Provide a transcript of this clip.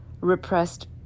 repressed